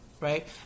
right